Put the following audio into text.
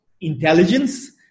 intelligence